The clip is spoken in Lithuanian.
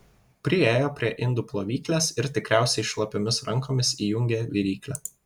priėjo prie indų plovyklės ir tikriausiai šlapiomis rankomis įjungė viryklę